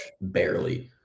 barely